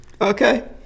Okay